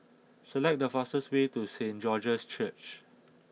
select the fastest way to Saint George's Church